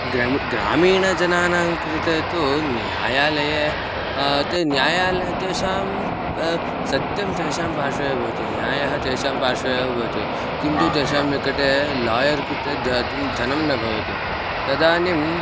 ग्रामीण ग्रामीणजनानां कृते तु न्यायालये ते न्यायालं तेषां सत्यं तेषां पार्श्वे एव भवति न्यायः तेषां पार्श्वे एव भवति किन्तु तेषां निकटे लायर् कृते दातुं धनं न भवति तदानीं